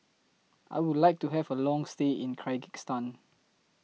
I Would like to Have A Long stay in Kyrgyzstan